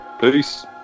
Peace